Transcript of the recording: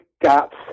gaps